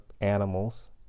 animals